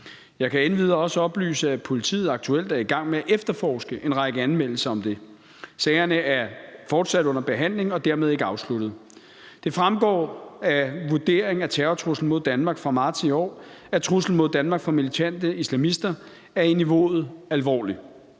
Jeg kan endvidere også oplyse, at politiet aktuelt er i gang med at efterforske en række anmeldelser om det. Sagerne er fortsat under behandling og dermed ikke afsluttet. Det fremgår af »Vurdering af terrortruslen mod Danmark« fra marts i år, at truslen mod Danmark fra militante islamister er på niveauet »alvorlig«,